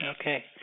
Okay